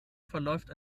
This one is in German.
verläuft